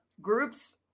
groups